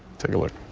take a look.